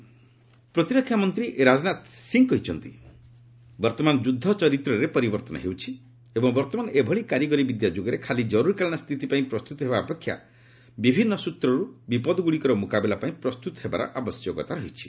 Rajnath defence ପ୍ରତିରକ୍ଷା ମନ୍ତ୍ରୀ ରାଜନାଥ ସିଂହ କହିଛନ୍ତି ବର୍ତ୍ତମାନ ଯୁଦ୍ଧ ଚରିତ୍ରରେ ପରିବର୍ତ୍ତନ ହେଉଛି ଏବଂ ବର୍ତ୍ତମାନ ଏଭଳି କାରିଗରି ବିଦ୍ୟା ଯୁଗରେ ଖାଲି ଜର୍ରରିକାଳୀନ ସ୍ଥିତି ପାଇଁ ପ୍ରସ୍ତୁତି ହେବା ଅପେକ୍ଷା ବିଭିନ୍ନ ସୂତ୍ରରୁ ବିପଦଗୁଡ଼ିକର ମୁକାବିଲା ପାଇଁ ପ୍ରସ୍ତୁତ ହେବାର ଆବଶ୍ୟକତା ରହିଛି